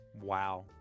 wow